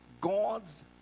God's